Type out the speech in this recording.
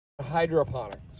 hydroponics